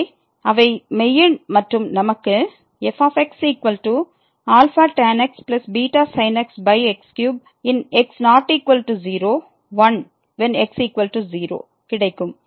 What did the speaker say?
எனவே அவை மெய்யெண் மற்றும் நமக்கு fxtan x βsin x x3x≠0 1x0 கிடைக்கும்